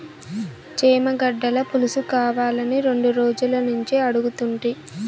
చేమగడ్డల పులుసుకావాలని రెండు రోజులనుంచి అడుగుతుంటి